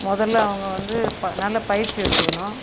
முதல்ல அவங்க வந்து ப நல்ல பயிற்சி எடுத்துக்கணும்